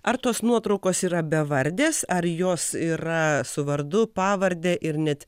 ar tos nuotraukos yra bevardės ar jos yra su vardu pavarde ir net